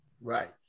right